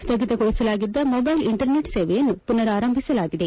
ಸ್ಥಗಿತಗೊಳಿಸಲಾಗಿದ್ದ mobile internet ಸೇವೆಯನ್ನು ಪುನರಾರಂಭಿಸಲಾಗಿದೆ